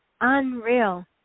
Unreal